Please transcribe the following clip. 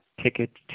ticket